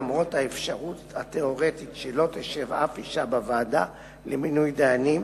למרות האפשרות התיאורטית שלא תשב אף אשה בוועדה למינוי דיינים,